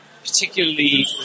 particularly